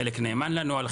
חלק נאמן לנוהל,